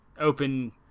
open